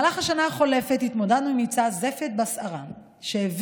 במהלך השנה החולפת התמודדנו במבצע "זפת בסערה" עם